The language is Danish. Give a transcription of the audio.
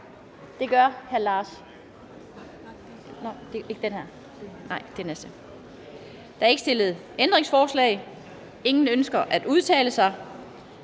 Der er ikke stillet ændringsforslag. Ønsker nogen at udtale sig?